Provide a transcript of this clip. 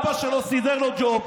אבא שלו סידר לו ג'וב,